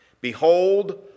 Behold